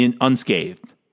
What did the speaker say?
unscathed